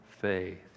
faith